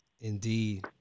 Indeed